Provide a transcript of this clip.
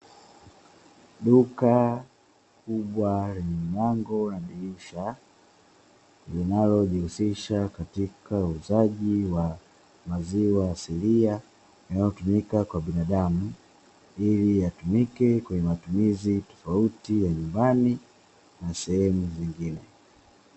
Duka kubwa lenye milango na dirisha linalojihusisha katika uuzaji wa maziwa asilia yanayotumika kwa binadamu, ili yatumike kwenye matumizi tofauti ya nyumbani na sehemu nyingine.